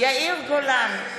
יאיר גולן,